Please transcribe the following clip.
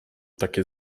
takie